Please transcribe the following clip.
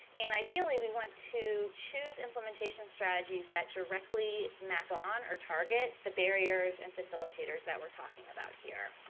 and ideally we want to choose implementation strategies that directly map on or target the barriers and facilitators that we're talking about here.